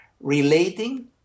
relating